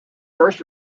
first